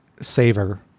saver